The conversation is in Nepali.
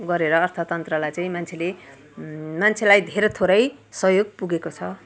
गरेर अर्थतन्त्रलाई चाहिँ मान्छेले मान्छेलाई धेरै थोरै सहयोग पुगेको छ